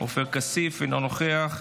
עופר כסיף, אינו נוכח,